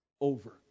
over